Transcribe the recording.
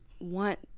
want